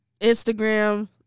Instagram